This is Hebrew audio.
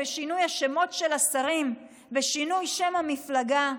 בשינוי השמות של השרים ושינוי שם המפלגה,